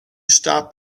stop